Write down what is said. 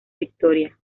victoria